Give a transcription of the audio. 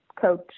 coach